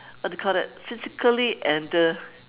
what do you call that physically and uh